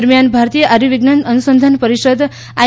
દરમિયાન ભારતીય આર્યુવિજ્ઞાન અનુસંધાન પરિષદ આઈ